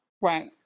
Right